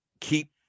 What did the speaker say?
keep